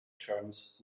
terms